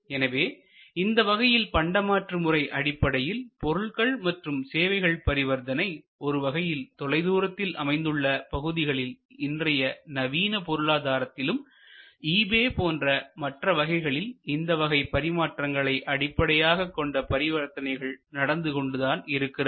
எனவே இந்த வகையில் பண்டமாற்று முறை அடிப்படையில் பொருள்கள் மற்றும் சேவைகள் பரிவர்த்தனை ஒருவகையில் தொலைதூரத்தில் அமைந்துள்ள பகுதிகளில் இன்றைய நவீன பொருளாதாரத்திலும் ஈ பே போன்ற மற்ற வகைகளில் இந்த வகை பரிமாற்றங்களை அடிப்படையாகக்கொண்ட பரிவர்த்தனைகள் நடந்து கொண்டுதான் இருக்கிறது